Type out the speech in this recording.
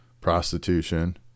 prostitution